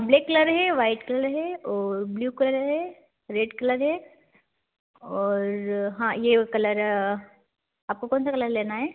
black colour है white colour है और ब्ल्यू कलर है रेड कलर है और हाँ यह कलर आपको कौन सा कलर लेना है